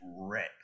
rip